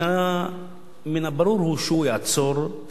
ברור שהוא יעצור,